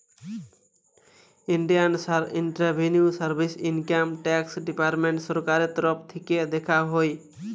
Indian revenue service income tax department সরকারের তরফ থিকে দেখা হয়